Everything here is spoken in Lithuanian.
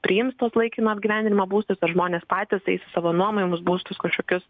priims laikino apgyvendinimo būstus ar žmonės patys eis į savo nuomojamus būstus kažkokius